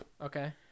Okay